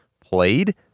played